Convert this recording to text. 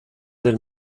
del